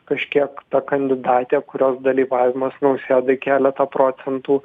kažkiek ta kandidatė kurios dalyvavimas nausėdai keletą procentų